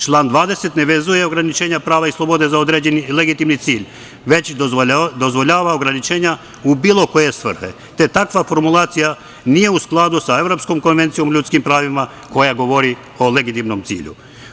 Član 20. ne vezuje ograničenja prava i slobode za određeni legitimni cilj, već dozvoljava ograničenja u bilo koje svrhe, te takva formulacija nije u skladu sa Evropskom konvencijom o ljudskim pravima koja govori o legitimnom cilju.